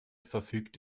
verfügt